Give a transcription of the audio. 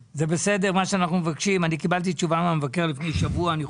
ומתמיד, כשהמבקר אמר